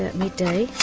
and midday,